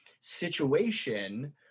situation